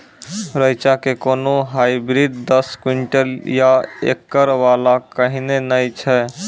रेचा के कोनो हाइब्रिड दस क्विंटल या एकरऽ वाला कहिने नैय छै?